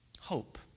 hope